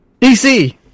DC